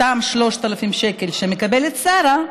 אותם 3,000 שקלים שמקבלת שרה,